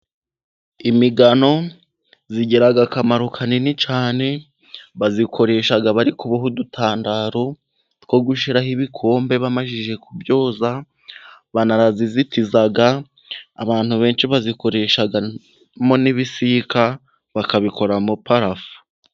Imigano igiraga akamaro kanini cyane, bayikoresha bari kuboha udutandaro two gushyiraho ibikombe bamaze kubyoza banarayizitiza, abantu benshi bayikoreshamo n'ibisika bakabikoramo parafo.